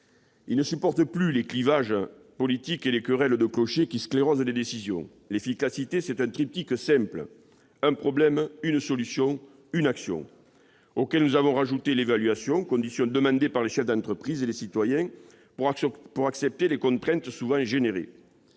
Ils ne supportent plus les clivages politiques et les querelles de clocher qui sclérosent les décisions. L'efficacité est un triptyque simple : un problème, une solution, une action ! Nous ajoutons l'évaluation, condition demandée par les chefs d'entreprise et les citoyens pour accepter les contraintes générées.